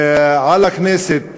על הכנסת